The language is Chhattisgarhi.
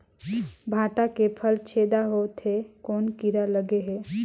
भांटा के फल छेदा होत हे कौन कीरा लगे हे?